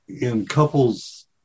in-couples